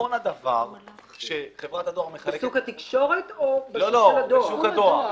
נכון הדבר שחברת הדואר מחלקת --- בשוק התקשורת או בשוק הדואר?